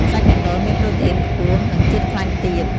សាច់កណ្តុរមានប្រូតេអ៊ុីនខ្ពស់ និងជាតិខ្លាញ់ទាប។